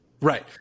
Right